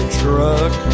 truck